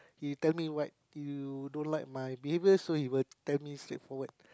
he tell me what you don't like my behavior so he will tell me straightforward